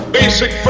basic